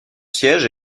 siège